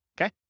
okay